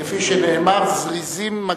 כפי שנאמר: זריזים מקדימים.